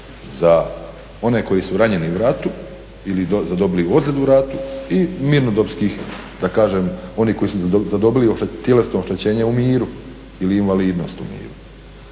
za one koji su ranjeni u ratu ili zadobili ozljedu u ratu i mirnodopskih onih koji su tjelesno oštećenje u miru ili invalidnost u miru.